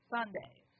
Sundays